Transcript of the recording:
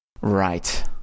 right